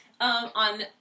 on